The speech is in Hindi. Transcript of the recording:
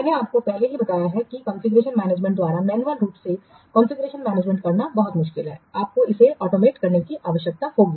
मैंने आपको पहले ही बताया है कि कॉन्फ़िगरेशन लाइब्रेरियन द्वारा मैन्युअल रूप से कॉन्फ़िगरेशनमैनेजमेंट करना बहुत मुश्किल है आपको इसे ऑटोमेट करने की आवश्यकता होगी